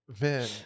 Man